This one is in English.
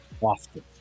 often